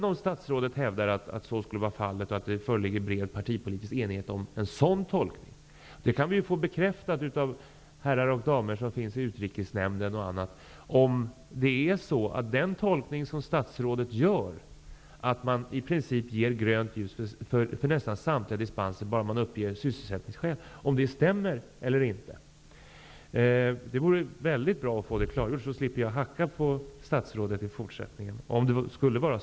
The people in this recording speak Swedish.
Om det föreligger bred partipolitisk enighet om en sådan tolkning kan vi ju få det bekräftat av herrarna och damerna i Utrikesnämnden och av andra. Vi kan få reda på om den tolkning som statsrådet gör -- att det i princip är grönt ljus för nästan samtliga dispenser bara man uppger sysselsättningsskäl -- stämmer eller inte. Det vore bra att få det klargjort. Om statsrådet har rätt slipper jag hacka på honom i fortsättningen. Herr talman!